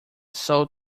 sole